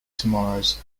tomorrows